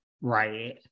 Right